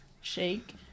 shake